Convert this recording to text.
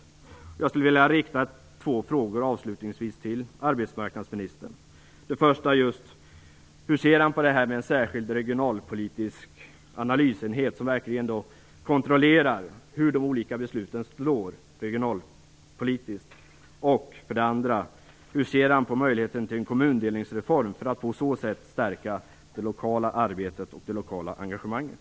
Jag skulle avslutningsvis vilja rikta två frågor till arbetsmarknadsministern. Hur ser arbetsmarknadsministern på en särskild regionalpolitisk analysenhet, som verkligen kontrollerar hur de olika besluten slår regionalpolitiskt? Hur ser arbetsmarknadsministern på möjligheten till en kommundelningsreform för att på så sätt stärka det lokala arbetet och det lokala engagemanget?